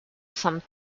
some